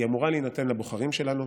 היא אמורה להינתן לבוחרים שלנו,